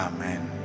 Amen